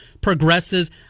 progresses